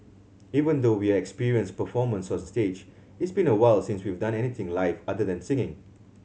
even though we are experienced performers on stage it's been a while since we've done anything live other than singing